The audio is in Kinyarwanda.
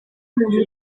umuntu